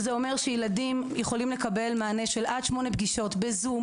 שזה אומר שילדים יכולים לקבל מענה של עד שמונה פגישות בזום,